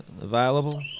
Available